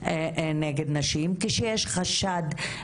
או נקרא מסרים פוליטיים שלא מקובלים.